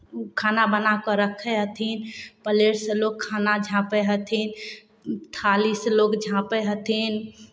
खाना बना कऽ रखै हथिन प्लेटसँ लोक खाना झँपै हथिन थारीसँ लोक झाँपै हथिन